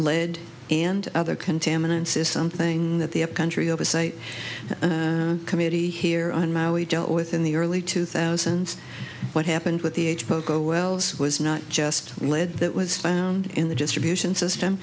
lead and other contaminants is something that the country oversight committee here on my we dealt with in the early two thousand what happened with the age poco wells was not just lead that was found in the distribution system